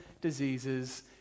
diseases